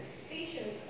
species